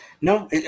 No